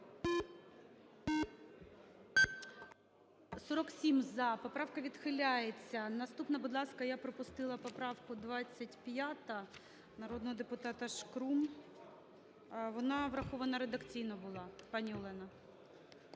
За-47 Поправка відхиляється. Наступна, будь ласка, я пропустила поправку, 25-а народного депутатаШкрум. Вона врахована редакційно була. Пані Олено,